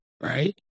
right